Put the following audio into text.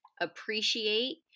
appreciate